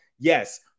Yes